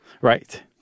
Right